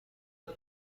کار